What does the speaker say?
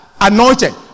anointed